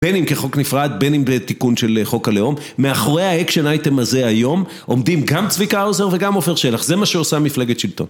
בין אם כחוק נפרד, בין אם בתיקון של חוק הלאום, מאחורי האקשן אייטם הזה היום, עומדים גם צביקה האוזר וגם עופר שלח. זה מה שעושה מפלגת שלטון.